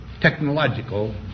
technological